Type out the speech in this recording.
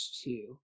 two